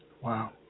Wow